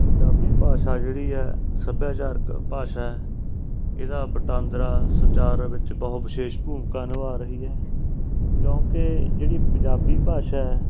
ਪੰਜਾਬੀ ਭਾਸ਼ਾ ਜਿਹੜੀ ਹੈ ਸੱਭਿਆਚਾਰਕ ਭਾਸ਼ਾ ਹੈ ਇਹਦਾ ਵਟਾਂਦਰਾ ਸੰਚਾਰ ਵਿੱਚ ਬਹੁਤ ਵਿਸ਼ੇਸ਼ ਭੂਮਿਕਾ ਨਿਭਾ ਰਹੀ ਹੈ ਕਿਉਂਕਿ ਜਿਹੜੀ ਪੰਜਾਬੀ ਭਾਸ਼ਾ ਹੈ